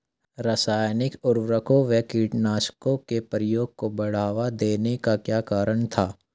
रासायनिक उर्वरकों व कीटनाशकों के प्रयोग को बढ़ावा देने का क्या कारण था?